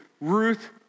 Ruth